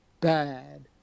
bad